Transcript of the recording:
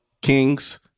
Kings